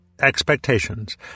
expectations